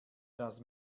das